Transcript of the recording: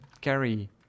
carry